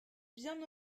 bien